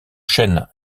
chaîne